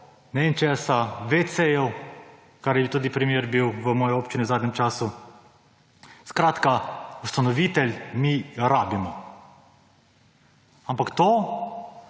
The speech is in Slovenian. vem česa WC, kar je tudi primer bil v moji občini v zadnjem času skratka ustanovitelj mi rabimo. To po